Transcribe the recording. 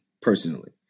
personally